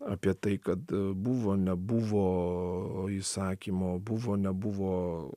apie tai kad buvo nebuvo įsakymo buvo nebuvo